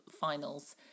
finals